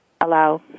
allow